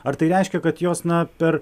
ar tai reiškia kad jos na per